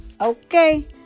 okay